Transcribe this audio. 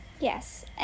Yes